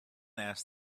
asked